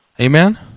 Amen